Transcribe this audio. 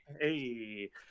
Hey